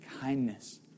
kindness